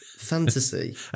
Fantasy